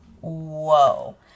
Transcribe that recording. Whoa